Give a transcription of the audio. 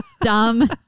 dumb